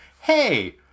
hey